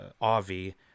Avi